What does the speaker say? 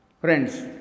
Friends